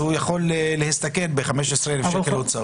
תנו לו 15 יום להחליט בחלוקת כוח ההצבעה.